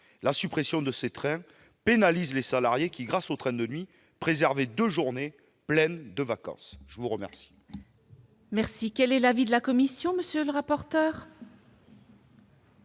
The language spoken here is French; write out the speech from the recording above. La suppression de ces trains pénalise les salariés qui, grâce aux trains de nuit, pouvaient préserver deux journées pleines de vacances. Quel